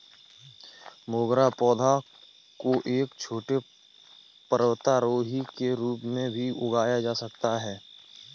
मोगरा पौधा को एक छोटे पर्वतारोही के रूप में भी उगाया जा सकता है